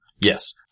Yes